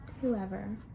Whoever